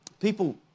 People